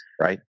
right